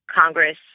Congress